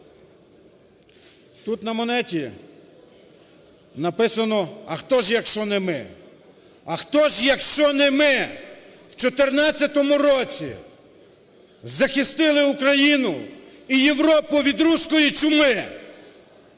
Тут на монеті написано "А хто ж якщо не ми". А хто ж, якщо не ми у 2014 році захистили Україну і Європу від руської чуми?!